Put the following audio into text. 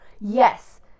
Yes